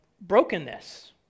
brokenness